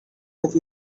with